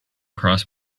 cross